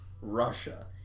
Russia